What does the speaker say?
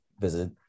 visit